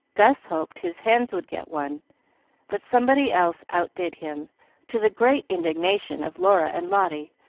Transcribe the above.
gus hoped his hens would get one but somebody else outdid him to the great indignation of laura and lotty,